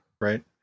Right